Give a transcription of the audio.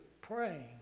praying